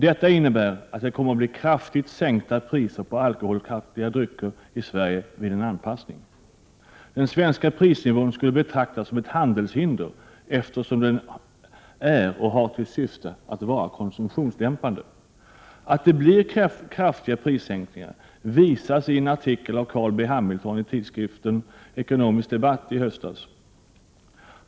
Detta innebär att det kommer att bli kraftigt sänkta priser på alkoholhaltiga drycker i Sverige vid en anpassning. Den svenska prisnivån skulle betraktas som ett handelshinder, eftersom den är och har till syfte att vara konsumtionsdämpande. Att det blir kraftiga prissänkningar visas i en artikel Carl B. Hamilton i tidskriften Ekonomisk Debatt i höstas.